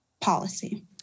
policy